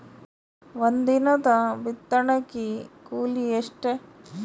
ಒಂದಿನದ ಬಿತ್ತಣಕಿ ಕೂಲಿ ಎಷ್ಟ?